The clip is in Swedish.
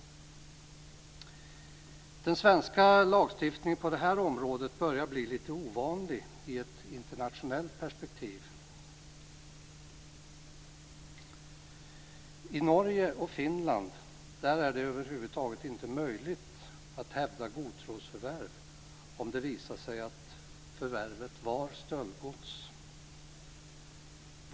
Den svenska lagstiftningen på det här området börjar bli ovanlig i ett internationellt perspektiv. I Norge och Finland är det över huvud taget inte möjligt att hävda godtrosförvärv om det visar sig att förvärvet var stöldgods.